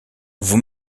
vous